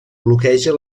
bloqueja